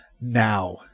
now